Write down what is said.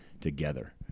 together